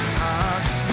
parks